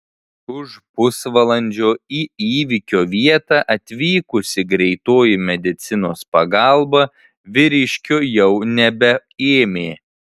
už pusvalandžio į įvykio vietą atvykusi greitoji medicinos pagalba vyriškio jau nebeėmė